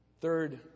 Third